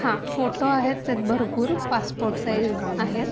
हां फोटो आहेत ते भरपूर पासपोर्ट साईज आहेत